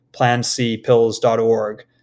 PlanCPills.org